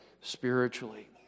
Spiritually